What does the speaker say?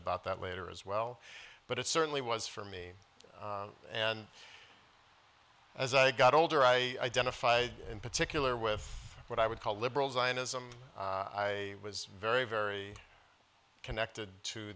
about that later as well but it certainly was for me and as i got older i den a fight in particular with what i would call liberal zionism i was very very connected to